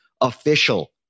official